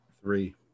three